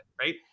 right